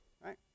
right